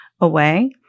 away